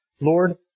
Lord